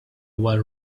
was